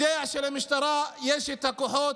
יודע שלמשטרה יש את הכוחות,